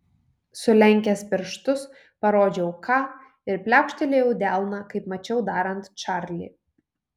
sulenkęs pirštus parodžiau k ir pliaukštelėjau į delną kaip mačiau darant čarlį